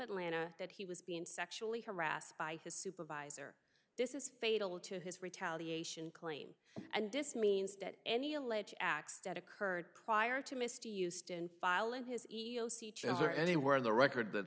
atlanta that he was being sexually harassed by his supervisor this is fatal to his retaliation claim and this means that any alleged acts that occurred prior to misty used in file in his or her anywhere in the record th